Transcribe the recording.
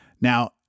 Now